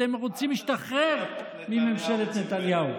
אתם רוצים להשתחרר מממשלת נתניהו.